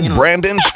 Brandon